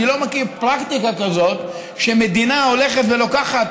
אני לא מכיר פרקטיקה כזאת שמדינה הולכת ולוקחת